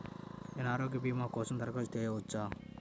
నేను ఆరోగ్య భీమా కోసం దరఖాస్తు చేయవచ్చా?